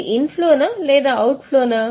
ఇది ఇన్ఫ్లోనా లేదా అవుట్ ఫ్లోనా